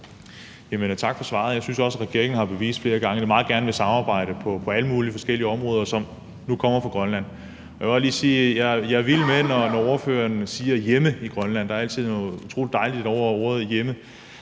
Tak for svaret. Jeg synes også, regeringen har bevist flere gange, at den meget gerne vil samarbejde på alle mulig forskellige områder, som nu kommer på Grønland. Jeg vil godt lige sige, at jeg er vild med det, når ordføreren siger »hjemme i Grønland«. Der er altid noget utrolig dejligt over ordet hjemme